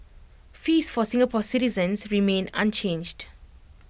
fees for Singapore citizens remain unchanged